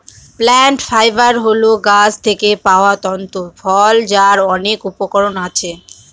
plant fibre হল গাছ থেকে পাওয়া তন্তু ফল যার অনেক উপকরণ আছে